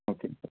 okay అండి